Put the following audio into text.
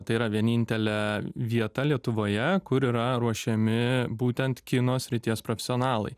tai yra vienintelė vieta lietuvoje kur yra ruošiami būtent kino srities profesionalai